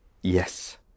yes